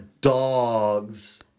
dogs